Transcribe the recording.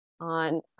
on